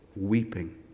weeping